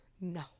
No